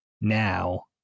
now